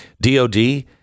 DOD